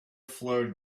flowed